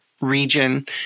region